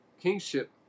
kingship